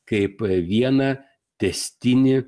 kaip vieną tęstinį